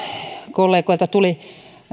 kollegoilta tuli